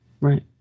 Right